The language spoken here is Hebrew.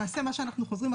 (3)בסעיף קטן (ג),